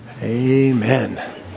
Amen